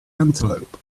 antelope